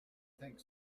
think